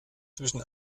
zwischen